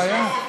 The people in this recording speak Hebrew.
מה הבעיה שלך?